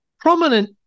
Prominent